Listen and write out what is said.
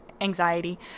anxiety